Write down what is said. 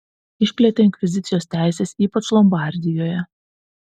išplėtė inkvizicijos teises ypač lombardijoje